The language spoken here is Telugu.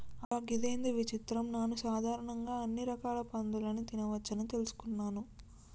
అబ్బ గిదేంది విచిత్రం నాను సాధారణంగా అన్ని రకాల పందులని తినవచ్చని తెలుసుకున్నాను